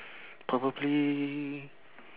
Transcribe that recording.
probably